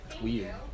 weird